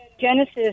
Genesis